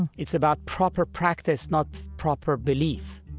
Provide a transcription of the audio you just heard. it's about proper practice, not proper belief.